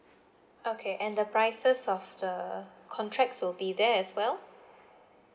okay and the prices of the contracts will be there as well